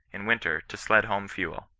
in winter, to sled home fuel.